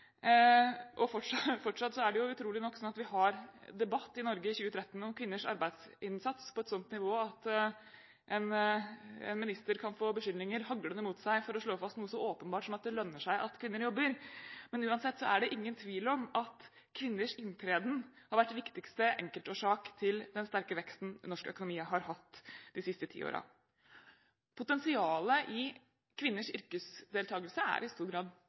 øre, og fortsatt er det utrolig nok sånn at vi har debatt i Norge i 2013 om kvinners arbeidsinnsats på et sånt nivå at en minister kan få beskyldninger haglende mot seg for å slå fast noe så åpenbart som at det lønner seg at kvinner jobber. Men uansett er det ingen tvil om at kvinners inntreden har vært den viktigste enkeltårsaken til den sterke veksten norsk økonomi har hatt de siste ti årene. Potensialet i kvinners yrkesdeltakelse er i stor grad